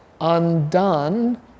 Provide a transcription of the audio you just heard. undone